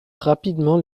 rapidement